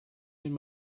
seen